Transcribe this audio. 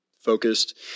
focused